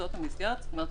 זאת אומרת,